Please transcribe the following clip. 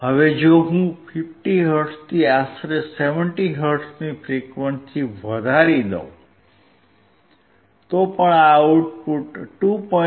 હવે જો હું 50 હર્ટ્ઝથી આશરે 70 હર્ટ્ઝની ફ્રીક્વન્સી વધારી દઉં તો પણ આ આઉટપુટ 2